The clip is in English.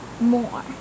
more